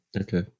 Okay